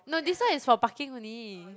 no this one is for parking only